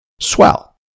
swell